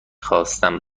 خواستم